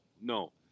no